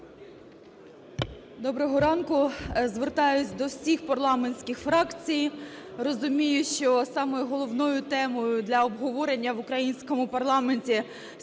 Доброго ранку! Звертаюся до всіх парламентських фракцій. Розумію, що самою головною темою для обговорення в українському парламенті